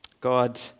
God